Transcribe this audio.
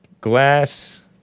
glass